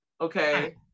okay